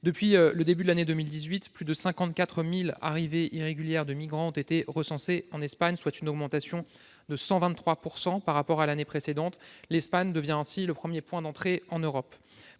Depuis le début de l'année 2018, plus de 54 000 arrivées irrégulières de migrants ont été recensées en Espagne, soit une augmentation de 123 % par rapport à l'année précédente. L'Espagne devient ainsi le premier point d'entrée en Europe.